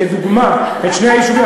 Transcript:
כדוגמה את שני היישובים,